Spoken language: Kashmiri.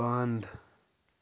بنٛد